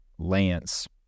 Lance